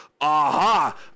aha